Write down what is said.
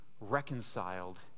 reconciled